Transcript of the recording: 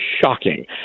shocking